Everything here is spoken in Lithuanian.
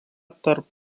tarp